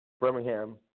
Birmingham